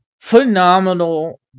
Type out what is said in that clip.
phenomenal